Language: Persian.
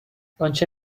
انچه